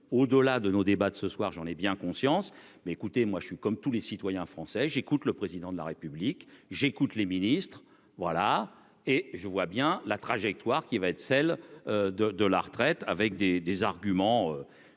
au dollar de nos débats de ce soir, j'en ai bien conscience : mais écoutez, moi je suis comme tous les citoyens français, j'écoute le président de la République, j'écoute les ministres voilà et je vois bien la trajectoire qui va être celle de de la retraite avec des des arguments